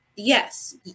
yes